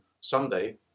someday